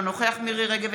אינו נוכח מירי מרים רגב,